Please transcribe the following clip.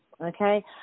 okay